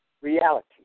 reality